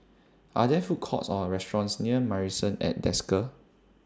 Are There Food Courts Or restaurants near Marrison At Desker